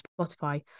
Spotify